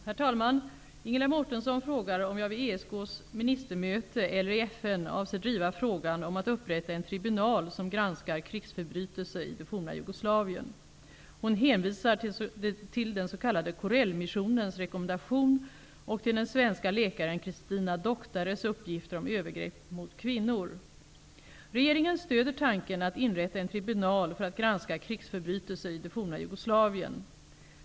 Herr talman! Ingela Mårtensson frågar om jag vid ESK:s ministermöte eller i FN avser att driva frågan om att upprätta en tribunal som granskar krigsförbrytelser i det forna Jugoslavien. Hon hänvisar till den s.k. Corellmissionens rekommendation och till den svenska läkaren Christina Doctares uppgifter om övergrepp mot kvinnor. Regeringen stöder tanken att inrätta en tribunal för att granska krigsförbrytelser i det forna Jugoslavien.